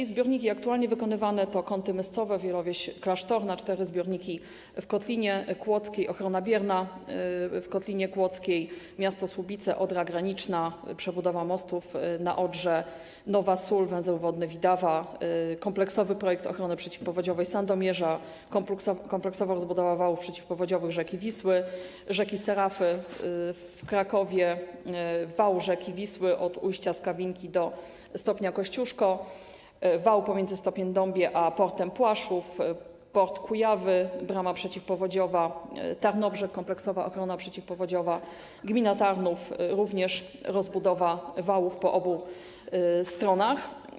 Zbiorniki i inne inwestycje aktualnie wykonywane to Kąty-Myscowa, Wielowieś Klasztorna, cztery zbiorniki w Kotlinie Kłodzkiej, ochrona bierna w Kotlinie Kłodzkiej, miasto Słubice, Odra graniczna, przebudowa mostów na Odrze, Nowa Sól, węzeł wodny Widawa, kompleksowy projekt ochrony przeciwpowodziowej Sandomierza, kompleksowa rozbudowa wałów przeciwpowodziowych rzeki Wisły, rzeki Serafy w Krakowie, wał rzeki Wisły od ujścia Skawinki do stopnia Kościuszko, wał pomiędzy stopniem Dąbie a portem Płaszów, port Kujawy - brama przeciwpowodziowa, Tarnobrzeg - kompleksowa ochrona przeciwpowodziowa, gmina Tarnów - również rozbudowa wałów po obu stronach.